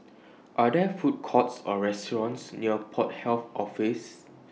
Are There Food Courts Or restaurants near Port Health Office